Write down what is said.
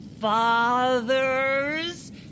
fathers